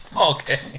Okay